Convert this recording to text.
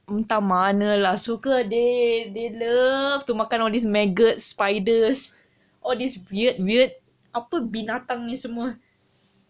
entah mana lah suka they they love to makan all these maggots spiders all these weird weird apa binatang ni semua